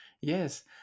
Yes